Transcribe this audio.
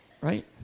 Right